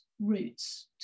roots